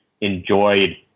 enjoyed